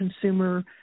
consumer